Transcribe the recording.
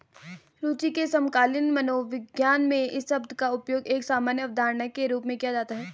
रूचि के समकालीन मनोविज्ञान में इस शब्द का उपयोग एक सामान्य अवधारणा के रूप में किया जाता है